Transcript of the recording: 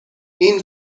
این